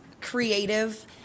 creative